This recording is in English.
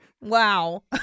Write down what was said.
Wow